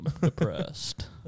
depressed